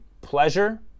pleasure